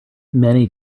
many